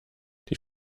die